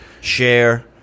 share